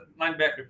linebacker